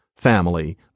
family